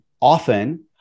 often